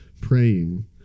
praying